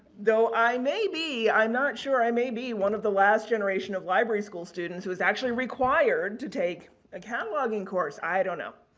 though, i may be, i'm not sure, i may be one of the last generation of library school students who's actually required to take a cataloging course. i don't know.